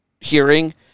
hearing